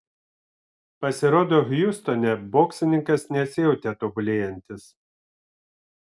pasirodo hjustone boksininkas nesijautė tobulėjantis